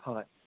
ꯍꯣꯏ